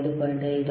4 5